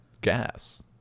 gas